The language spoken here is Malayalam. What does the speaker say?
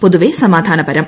പൊതുവെ സമാധാനപരം